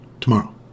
tomorrow